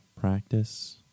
practice